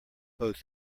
both